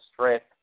strength